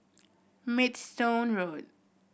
Maidstone Road